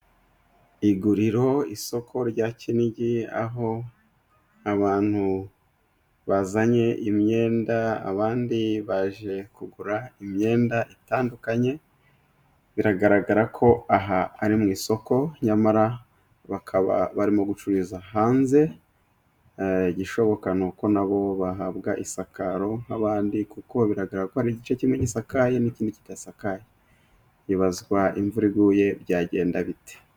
Iguriro, isoko rya Kinigi, aho abantu bazanye imyenda, abandi baje kugura imyenda itandukanye, biragaragara ko aha ari mu isoko, nyamara bakaba barimo gucururiza hanze, igishoboka ni uko nabo bahabwa isakaro nk'abandi, kuko biragaragara ko hari igice kimwe gisakaye, n'ikindi kidasakaye. Hibazwa imvura iguye byagenda bite?